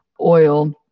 oil